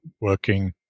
working